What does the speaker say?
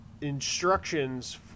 instructions